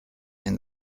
and